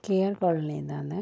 K R കോളനിയിൽ നിന്നാണേ